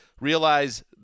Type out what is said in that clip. realize